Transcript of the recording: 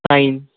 आई